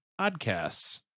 podcasts